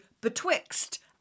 betwixt